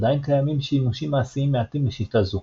עדיין קיימים שימושים מעשיים מעטים לשיטה זו.